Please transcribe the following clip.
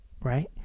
right